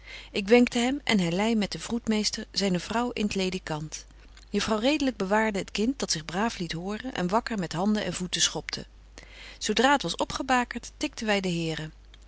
ik wenkte hem en hy lei met den vroedmeester zyne vrouw in t ledikant juffrouw redelyk bewaarde het kind dat zich braaf liet horen en wakker met handen en voeten schopte zo dra het was opgebakert tikten wy de heren